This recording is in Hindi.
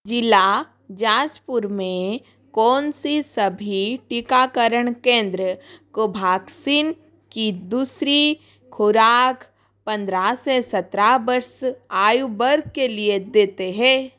जिला जाजपुर में कौन से सभी टीकाकरण केंद्र कोवैक्सीन की दूसरी खुराक पंद्रह से सतरह वर्ष आयु वर्ग के लिए देते हैं